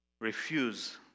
Refuse